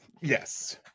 Yes